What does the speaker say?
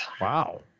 Wow